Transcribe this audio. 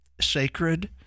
sacred